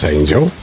Angel